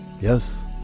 Yes